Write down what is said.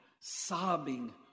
sobbing